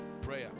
prayer